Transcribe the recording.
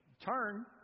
turn